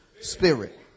spirit